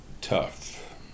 tough